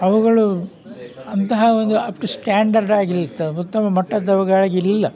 ಅವುಗಳು ಅಂತಹ ಒಂದು ಅಷ್ಟು ಸ್ಟ್ಯಾಂಡರ್ಡಾಗಿಲ್ಲ ಉತ್ತಮ ಮಟ್ಟದವುಗಳಾಗಿಲ್ಲ